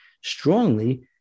strongly